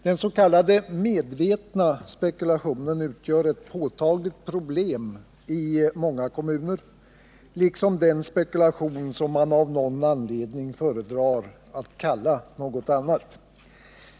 Den s.k. medvetna spekulationen utgör ett påtagligt problem i många kommuner, liksom den spekulation som man av någon anledning föredrar att kalla något annat.